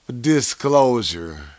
disclosure